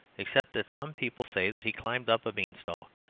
except that some people say that he climbed up a beanstalk.